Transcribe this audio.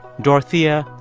dorothea,